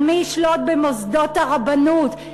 על מי ישלוט במוסדות הרבנות,